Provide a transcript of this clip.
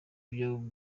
cyo